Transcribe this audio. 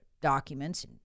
documents